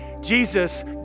Jesus